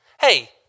hey